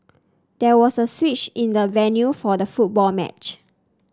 there was a switch in the venue for the football match